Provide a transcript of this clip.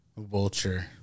Vulture